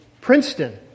Princeton